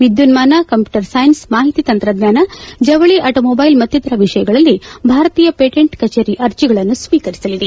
ವಿದ್ಯುನ್ಸಾನ computer science ಮಾಹಿತಿ ತಂತ್ರಜ್ವಾನ ಜವಳಿ ಆಟೋಮೋಬ್ಲೆಲ್ ಮತ್ತಿತರ ವಿಷಯಗಳಲ್ಲಿ ಭಾರತೀಯ ಪೇಟೆಂಟ್ ಕಚೇರಿ ಅರ್ಜಿಗಳನ್ನು ಸ್ವೀಕರಿಸಲಿದೆ